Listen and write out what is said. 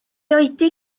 oedi